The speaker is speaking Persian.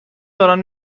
دارن